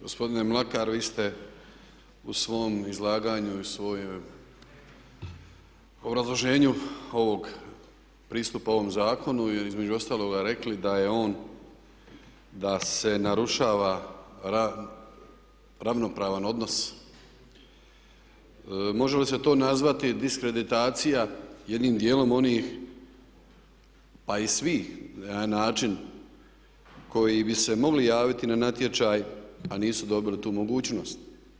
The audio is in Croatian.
Gospodine Mlakar vi ste u svom izlaganju i u svojem obrazloženju ovog pristupa ovom zakonom i između ostaloga rekli da je on, da se narušava ravnopravan odnos, može li se to nazvati diskreditacija jednim dijelom onih pa i svih na jedan način koji bi se mogli javiti na natječaj a nisu dobili tu mogućnost?